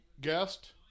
guest